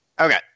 Okay